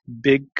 big